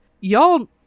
y'all